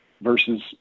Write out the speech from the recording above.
versus